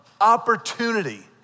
opportunity